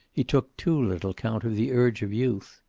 he took too little count of the urge of youth.